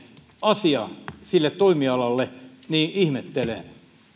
asia sille toimialalle sitä ihmettelen ja